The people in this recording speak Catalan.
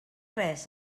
res